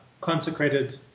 consecrated